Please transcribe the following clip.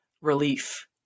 relief